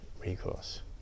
recourse